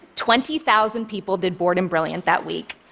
twenty thousand people did bored and brilliant that week.